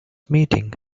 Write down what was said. meeting